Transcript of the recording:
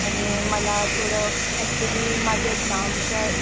आणि मला थोडं ॲक्च्युली माझं एक्झामचं